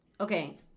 Okay